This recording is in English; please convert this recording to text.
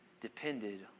depended